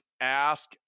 ask